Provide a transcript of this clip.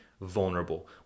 vulnerable